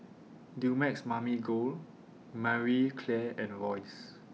Dumex Mamil Gold Marie Claire and Royce